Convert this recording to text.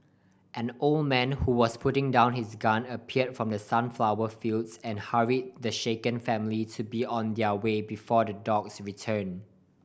an old man who was putting down his gun appear from the sunflower fields and hurry the shaken family to be on their way before the dogs return